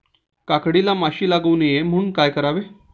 काकडीला माशी लागू नये म्हणून काय करावे?